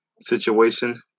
situation